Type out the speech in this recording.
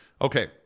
Okay